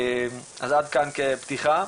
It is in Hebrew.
אז עד כאן כפתיחה.